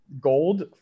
Gold